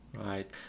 right